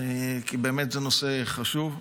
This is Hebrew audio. כי זה באמת נושא חשוב.